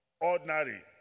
ordinary